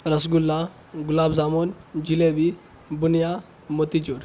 رسگلہ گلاب جامن جلیبی بنیا موتی چور